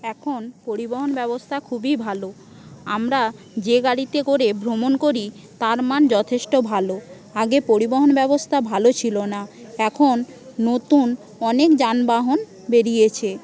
এখন পরিবহন ব্যবস্থা খুবই ভালো আমরা যে গাড়িতে করে ভ্রমণ করি তার মান যথেষ্ট ভালো আগে পরিবহন ব্যবস্থা ভালো ছিল না এখন নতুন অনেক যানবাহন বেরিয়েছে